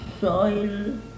soil